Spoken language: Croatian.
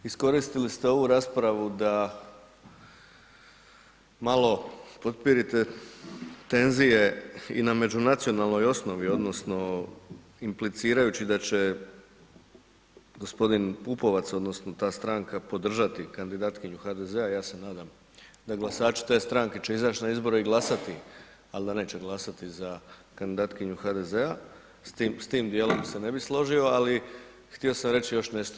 Iskoristili ste ovu raspravu da malo potpirite tenziju i na međunacionalnoj osnovi odnosno implicirajući da će g. Pupovac odnosno ta stranka podržati kandidatkinju HDZ-a, ja se nadam da glasači te stranke će izać na izbore i glasati ali da neće glasati za kandidatkinju HDZ-a, s tim djelom se ne bio složio ali htio sam reći još nešto.